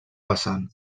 vessant